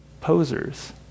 posers